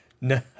No